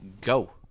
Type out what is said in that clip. Go